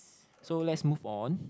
so let's move on